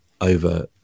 over